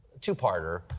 two-parter